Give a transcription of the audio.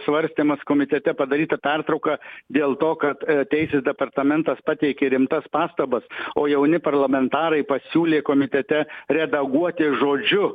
svarstymas komitete padaryta pertrauka dėl to kad teisės departamentas pateikė rimtas pastabas o jauni parlamentarai pasiūlė komitete redaguoti žodžiu